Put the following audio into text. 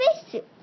spacesuit